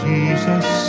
Jesus